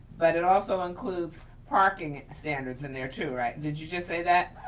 but it also includes parking standards in there too, right? did you just say that,